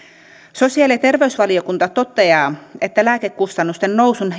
sosiaali ja terveysvaliokunta toteaa että lääkekustannusten nousun